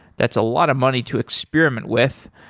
that's a lot of money to experiment with.